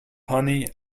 honey